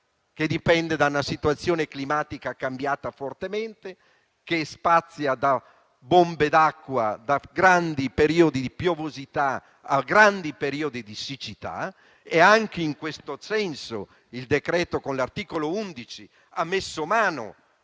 dal cielo, da una situazione climatica fortemente cambiata, che spazia da bombe d'acqua, da grandi periodi di piovosità a grandi periodi di siccità. Anche in questo senso il decreto, con l'articolo 11, ha messo mano